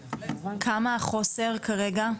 כמה החוסר כרגע?